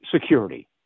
security